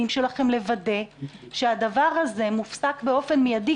שלכם לוודא שהדבר הזה מופסק באופן מיידי,